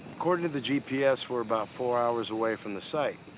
according to the gps, we're about four hours away from the site,